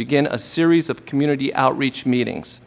begin a series of community outreach meetings